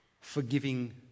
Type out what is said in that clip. forgiving